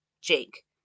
Jake